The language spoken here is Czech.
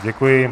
Děkuji.